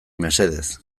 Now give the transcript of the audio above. mesedez